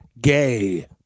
Gay